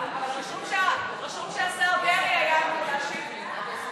אבל רשום שהשר דרעי היה אמור להשיב לי.